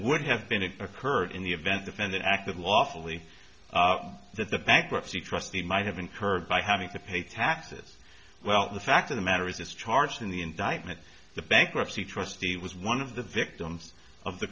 would have been it occurred in the event defendant acted lawfully that the bankruptcy trustee might have incurred by having to pay taxes well the fact of the matter is it's charged in the indictment the bankruptcy trustee was one of the victims of the